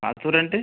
ఆతూరు అంటే